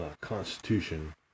constitution